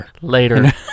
Later